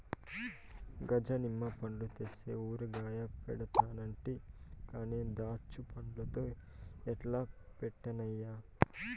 గజ నిమ్మ పండ్లు తెస్తే ఊరగాయ పెడతానంటి కానీ దాచ్చాపండ్లతో ఎట్టా పెట్టన్నయ్యా